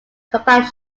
compact